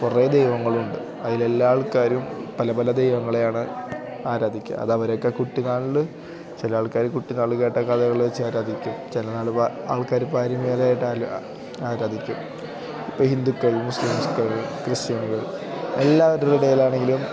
കുറേ ദൈവങ്ങളുണ്ട് അതിലെല്ലാ ആൾക്കാരും പല പല ദൈവങ്ങളാണ് ആരാധിയ്ക്കുക അതവരൊക്കെ കൂട്ടിനാളുകളിൽ ചില ആൾക്കാർ കുട്ടിനാൾ കേട്ട കഥകൾ വെച്ചാരാധിക്കും ചിലനാൾ ആൾക്കാർ പാരമ്പര്യമായിട്ട് ആരാധിക്കും ഇപ്പം ഹിന്ദുക്കൾ മുസ്ലിംസുകൾ ക്രിസ്ത്യാനികൾ എല്ലാവരുടേതാണെങ്കിലും